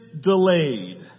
delayed